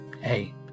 hey